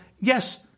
yes